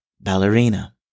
Ballerina